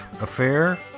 affair